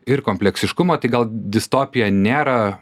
ir kompleksiškumo tik gal distopija nėra